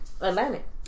Atlantic